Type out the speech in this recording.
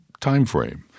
timeframe